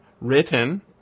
written